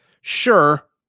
Sure